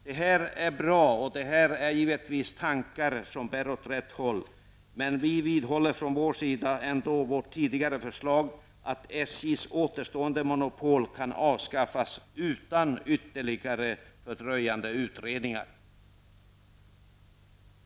Det är bra, och det är givetvis tankar som bär åt rätt håll, men vi vidhåller från vår sida ändå vårt tidigare förslag, att SJs återstående monopol kan avskaffas utan ytterligare fördröjande utredningar.